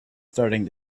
starting